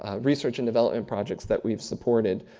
ah research and development projects that we've supported.